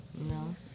No